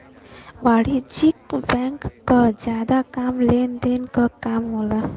वाणिज्यिक बैंक क जादा काम लेन देन क काम होला